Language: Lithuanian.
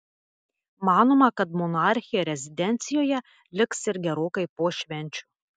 manoma kad monarchė rezidencijoje liks ir gerokai po švenčių